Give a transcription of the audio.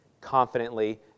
Confidently